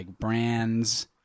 brands